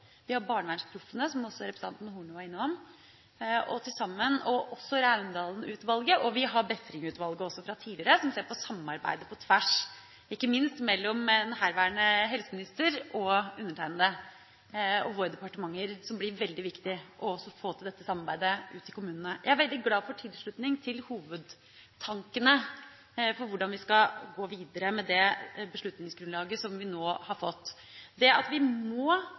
Vi har hatt Barnevernpanelet, som har gjort en kjempejobb, vi har Barnevernsproffene, som også representanten Horne var innom, og også Raundalen-utvalget og Befring-utvalget fra tidligere, som ser på samarbeidet på tvers – ikke minst mellom herværende helseminister og undertegnede og våre departementer. Det blir veldig viktig å få til dette samarbeidet ute i kommunene. Jeg er veldig glad for tilslutninga til hovedtankene om hvordan vi skal gå videre med det beslutningsgrunnlaget som vi nå har fått. Vi må